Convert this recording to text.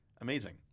amazing